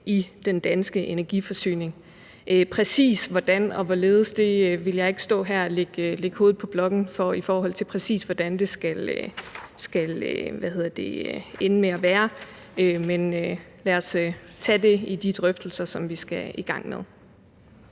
i den danske energiforsyning, er bæredygtig. Jeg vil ikke stå her og lægge hovedet på blokken i forhold til, hvordan det præcis skal ende med at være, men lad os tage det i de drøftelser, som vi skal i gang med.